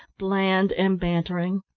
bland and bantering.